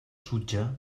sutja